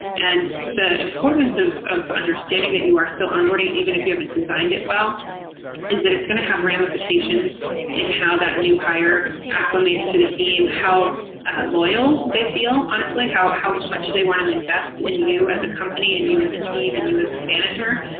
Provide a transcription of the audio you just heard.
and the importance of of understanding that you are still onboarding if you haven't designed it well is that it's going to have ramifications in how that new hire acclimates to the team. how loyal they feel, honestly. how how much they want to invest in you as a company and you as a team and you as a manager.